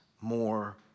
more